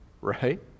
right